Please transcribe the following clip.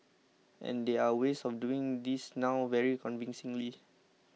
and there are ways of doing this now very convincingly